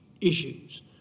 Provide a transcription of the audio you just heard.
issues